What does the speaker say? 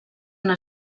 una